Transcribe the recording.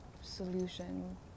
solution